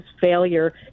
failure